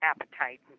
appetite